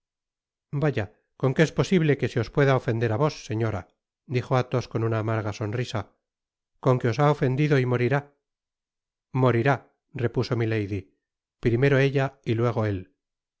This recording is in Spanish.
vaya con que es posible que se os pueda ofender á vos señora dijo athos con ana amarga sonrisa con que os ha ofendido y morirá morirá repuso milady primero ella y luego él